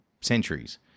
centuries